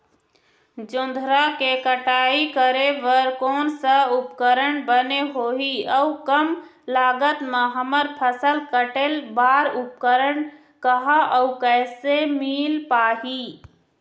जोंधरा के कटाई करें बर कोन सा उपकरण बने होही अऊ कम लागत मा हमर फसल कटेल बार उपकरण कहा अउ कैसे मील पाही?